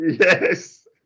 Yes